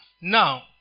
Now